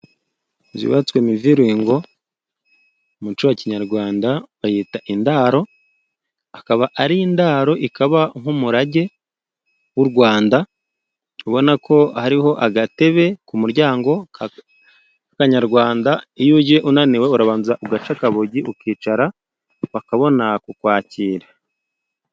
Inzu yubatswe miviringo mu muco wa kinyarwanda bayita indaro. Akaba ari indaro, ikaba nk'umurage w'u Rwanda. Ubona ko hariho agatebe ku muryango kakanyarwanda. Iyo uje unaniwe urabanza ugaca akabogi ukicara, bakabona kukwakira.